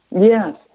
Yes